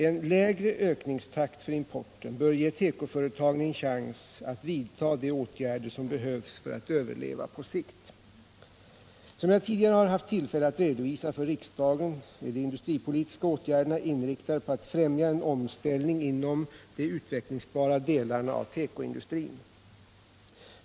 En lägre ökningstakt för importen bör ge tekoföretagen en chans att vidta de åtgärder som behövs för att överleva på sikt. Som jag tidigare har haft tillfälle att redovisa för riksdagen är de industripolitiska åtgärderna inriktade på att främja en omställning inom de utvecklingsbara delarna av tekoindustrin.